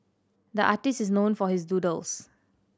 the artist is known for his doodles